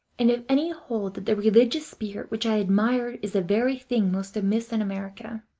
and if any hold that the religious spirit which i admire is the very thing most amiss in america,